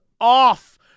off